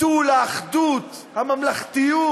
ביטול האחדות, הממלכתיות.